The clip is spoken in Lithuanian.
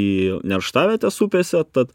į nerštavietes upėse tad